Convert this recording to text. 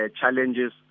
challenges